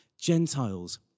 Gentiles